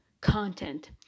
content